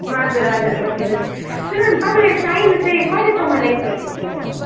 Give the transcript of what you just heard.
हजुर हजुर हो नि हो नि सुन्नु न तपाईँलाई चाहिनु चाहिँ कहिलेसम्म ल्याइ पुऱ्याइदिनु पर्ने हो